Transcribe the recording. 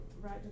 right